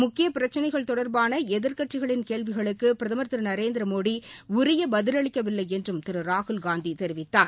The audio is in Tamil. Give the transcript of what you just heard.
முக்கிய பிரச்சினைகள் தொடர்பான எதிர்க்கட்சிகளின் கேள்விகளுக்கு பிரதமர் திரு நரேந்திரமோடி உரிய பதிலளிக்கவில்லை என்றும் திரு ராகுல்காந்தி தெரிவித்தார்